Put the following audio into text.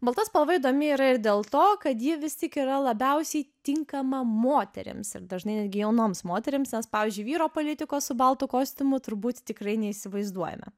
balta spalva įdomi yra ir dėl to kad ji vis tik yra labiausiai tinkama moterims ir dažnai netgi jaunoms moterims nes pavyzdžiui vyro politiko su baltu kostiumu turbūt tikrai neįsivaizduojame